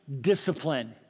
discipline